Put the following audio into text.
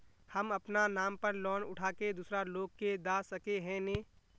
हम अपना नाम पर लोन उठा के दूसरा लोग के दा सके है ने